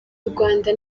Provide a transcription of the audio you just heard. rwanda